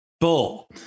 bull